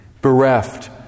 bereft